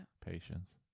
Patience